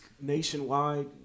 nationwide